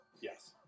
Yes